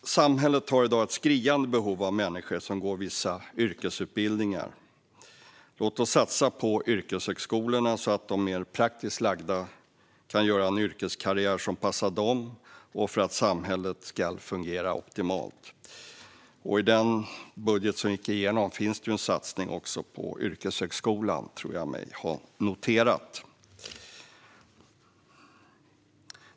Samhället har i dag ett skriande behov av människor som går vissa yrkesutbildningar. Låt oss därför satsa på yrkeshögskolorna så att de mer praktiskt lagda kan göra en yrkeskarriär som passar dem och så att samhället kan fungera optimalt. I den budget som gick igenom finns också en satsning på yrkeshögskolan, tror jag mig ha noterat.